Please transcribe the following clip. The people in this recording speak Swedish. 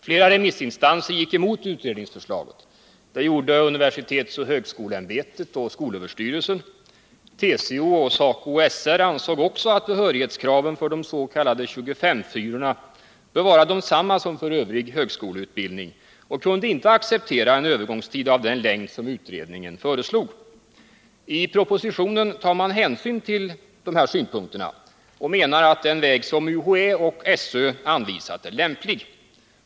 Flera remissinstanser gick emot utredningsförslaget, bl.a. universitetsoch högskoleämbetet och skolöverstyrelsen. TCO och SACO/SR ansåg också att behörighetskraven för de s.k. 25:4-orna bör vara desamma som för övrig högskoleutbildning och kunde inte acceptera en övergångstid av den längd som utredningen föreslog. I propositionen tar man hänsyn till dessa synpunkter och menar att den väg som UHÄ och SÖ anvisat är lämplig.